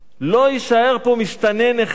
לא יישאר פה מסתנן אחד.